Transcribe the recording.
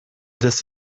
this